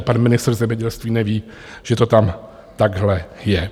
Pan ministr zemědělství neví, že to tam takhle je.